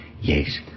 Yes